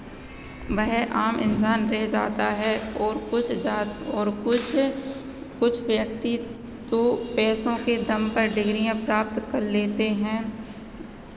वह आम इंसान रह जाता है और कुछ जात और कुछ कुछ व्यक्ति तो पैसों के दम पर डिग्रियाँ प्राप्त कर लेते हैं